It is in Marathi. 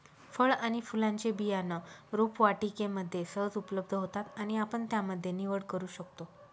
फळ आणि फुलांचे बियाणं रोपवाटिकेमध्ये सहज उपलब्ध होतात आणि आपण त्यामध्ये निवड करू शकतो